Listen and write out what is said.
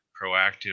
proactive